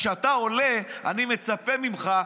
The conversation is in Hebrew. כשאתה עולה אני מצפה ממך,